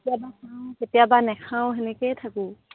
কেতিয়াবা খাওঁ কেতিয়াবা নাখাওঁ তেনেকেই থাকোঁ